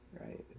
right